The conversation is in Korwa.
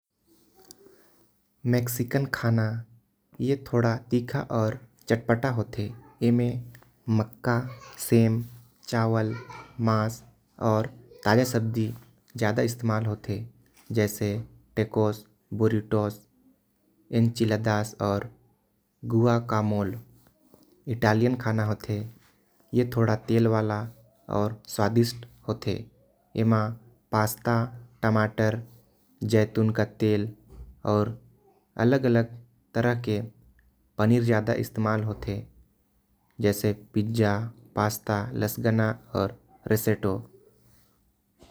मेक्सिकन खाना तीखा अउ चटपटा होथे। जेमे मका सेम चावल मांस ज्यादा इस्तेमाल होथे। इटालियन खाना तेल वाला अउ स्वादिष्ट होथे। जेकर म पास्ता पिज़्ज़ा जैतून के तेल खाथे।